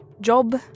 Job